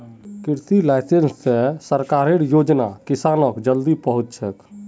कृषि लाइसेंस स सरकारेर योजना किसानक जल्दी पहुंचछेक